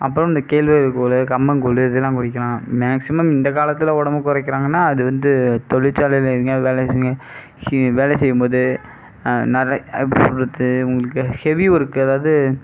அப்புறம் இந்த கேழ்வரகு கூழ் கம்மங்கூழ் இதெலாம் குடிக்கலாம் மேக்ஸிமம் இந்த காலத்தில் உடம்பு குறைக்கிறாங்கனா அது வந்து தொழிற்சாலையில் எங்கேயாவது வேலை வேலை செய்யும்போது எப்படி சொல்வது உங்களுக்கு ஹெவி வொர்க் அதாவது